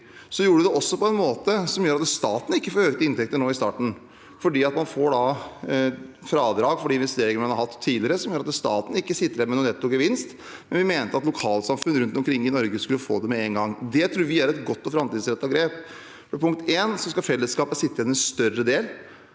Vi gjorde det på en måte som gjør at staten ikke får økte inntekter nå i starten, fordi man får fradrag for de investeringene man har hatt tidligere. Det gjør at staten ikke sitter igjen med noen netto gevinst, men vi mente at lokalsamfunn rundt omkring i Norge skulle få det med en gang. Det tror vi er et godt og framtidsrettet grep. Punkt én: Fellesskapet skal sitte